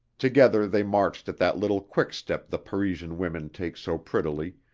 together they marched at that little quick-step the parisian women take so prettily,